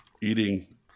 Eating